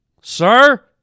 sir